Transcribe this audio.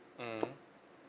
mmhmm